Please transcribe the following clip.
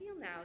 now